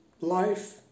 life